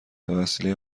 بهوسیله